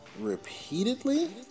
repeatedly